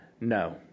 No